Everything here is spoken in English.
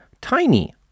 tiny